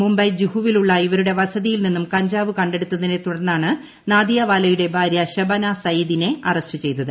മുംബൈ ജൂഹുവിലുള്ള ഇവരുട്ട് പ്പ്സ്തിയിൽ നിന്നും കഞ്ചാവ് കണ്ടെടുത്തിനെ തുടർനന്നാണ് നൂദിയാവാലയുടെ ഭാര്യ ശബാന സയീദിനെ അറസ്റ്റ്ക്ലെയ്തത്